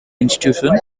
institution